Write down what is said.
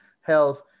health